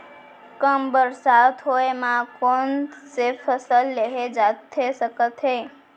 कम बरसात होए मा कौन से फसल लेहे जाथे सकत हे?